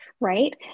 right